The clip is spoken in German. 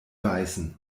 weißen